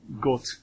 got